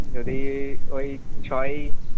যদি ওই ছয়ই